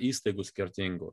įstaigų skirtingų